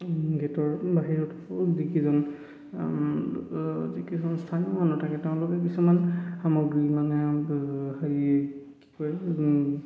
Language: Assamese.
গেটৰ বাহিৰত যিকিজন যিকিজন স্থানীয় মানুহ থাকে তেওঁলোকে কিছুমান সামগ্ৰী মানে হেৰি কি কয়